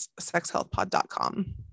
sexhealthpod.com